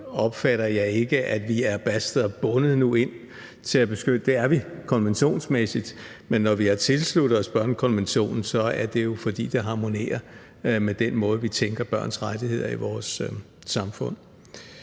opfatter jeg ikke, at vi nu er bastet og bundet med hensyn til at beskytte dem. Det er vi konventionsmæssigt, men når vi har tilsluttet os børnekonventionen, er det jo, fordi det harmonerer med den måde, vi tænker på børns rettigheder i vores samfund.